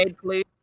please